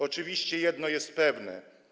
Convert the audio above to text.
Oczywiście jedno jest pewne.